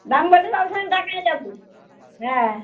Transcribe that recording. দাম বললে ওখানে যাব হ্যাঁ